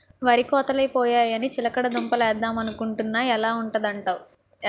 వరి కోతలై పోయాయని చిలకడ దుంప లేద్దమనుకొంటున్నా ఎలా ఉంటదంటావ్?